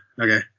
okay